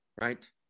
Right